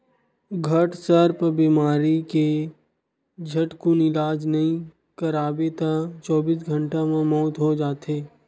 घटसर्प बेमारी के झटकुन इलाज नइ करवाबे त चौबीस घंटा म मउत हो जाथे